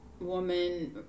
woman